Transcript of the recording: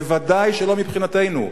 בוודאי שלא מבחינתנו.